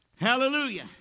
Hallelujah